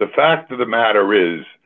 the fact of the matter is